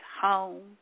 home